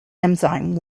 enzyme